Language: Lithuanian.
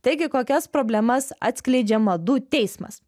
taigi kokias problemas atskleidžia madų teismas